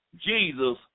Jesus